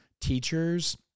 teachers